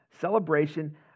celebration